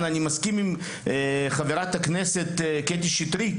אני מסכים עם חברת הכנסת קטי שטרית